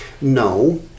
No